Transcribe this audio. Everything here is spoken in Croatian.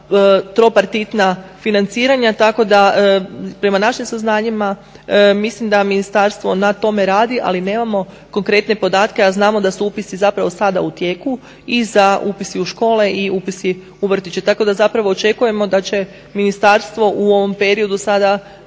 tropartitna financiranja tako da prema našim saznanjima mislim da ministarstvo na tome radi ali nemamo konkretne podatke a znamo da su upisi zapravo sada u tijeku i za upisi u škole i upisi u vrtiće. Tako da zapravo očekujemo da će ministarstvo u ovom periodu sada